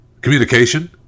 communication